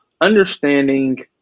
understanding